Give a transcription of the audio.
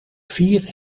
vier